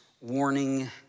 warning